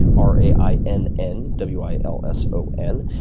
r a i n n, w i l s o n.